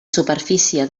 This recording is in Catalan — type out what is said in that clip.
superfície